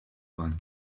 one